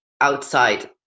outside